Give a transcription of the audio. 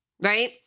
Right